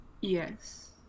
Yes